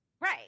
Right